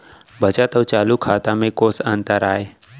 बचत अऊ चालू खाता में कोस अंतर आय?